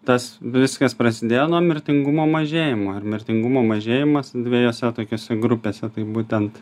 tas viskas prasidėjo nuo mirtingumo mažėjimo ir mirtingumo mažėjimas dvejose tokiose grupėse tai būtent